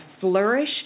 flourish